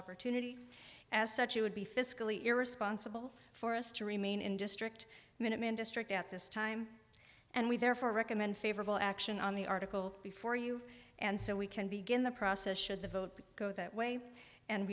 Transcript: opportunity as such it would be fiscally irresponsible for us to remain in district minuteman district at this time and we therefore recommend favorable action on the article before you and so we can begin the process should the vote go that way and